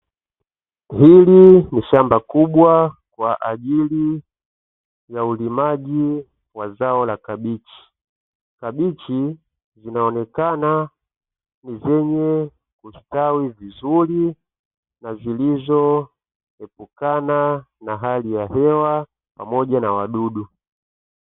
Hili ni shamba kubwa kwa ajili ya ulimaji wa zao la kabichi. Kabichi zinaonekana ni zenye kustawi vizuri na zilizoepukana na hali ya hewa pamoja na wadudu.